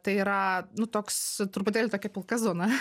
tai yra nu toks truputėlį tokia pilka zona